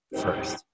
first